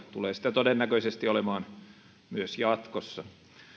tulee sitä todennäköisesti olemaan myös jatkossa